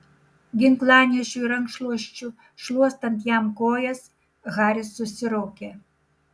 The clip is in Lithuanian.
ginklanešiui rankšluosčiu šluostant jam kojas haris susiraukė